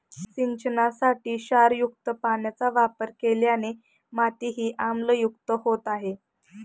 सिंचनासाठी क्षारयुक्त पाण्याचा वापर केल्याने मातीही आम्लयुक्त होत आहे